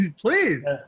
please